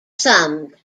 summed